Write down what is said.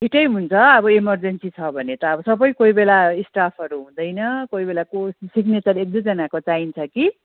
छिटै हुन्छ अब एमर्जेन्सी छ भने त अब सबै कोहीबेला स्टाफहरू हुँदैन कोहीबेला को सिग्नेचर एकदुईजनाको चाहिन्छ कि